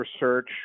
research